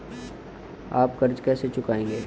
आप कर्ज कैसे चुकाएंगे?